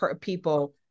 people